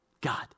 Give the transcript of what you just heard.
God